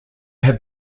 have